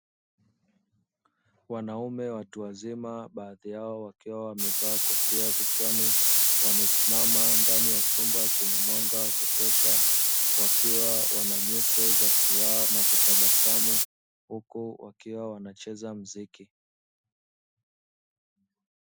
Wanaume watuazima baadhi yao wakiwa wamevaa kofia vichwani wamesmama ndani ya chumba chenye mwanga wa kutosha, wakiwa wananyuso za furaha na kutabasamu huko wakiwa wanacheza muziki.